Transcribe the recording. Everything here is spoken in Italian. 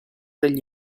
degli